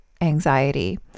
anxiety